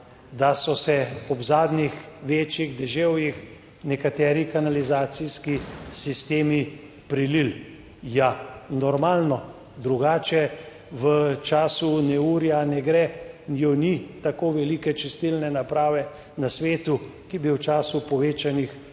da so se ob zadnjih večjih deževjih nekateri kanalizacijski sistemi prelili. Ja, normalno, drugače v času neurja ne gre. Je ni tako velike čistilne naprave na svetu, ki bi v času povečanih